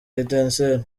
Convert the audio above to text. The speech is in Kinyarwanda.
etincelles